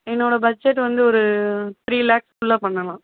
என்னோடய பட்ஜெட் வந்து ஒரு த்ரீ லாக்ஸ்க்குள்ளே பண்ணலாம்